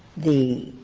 the